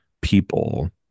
people